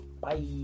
Bye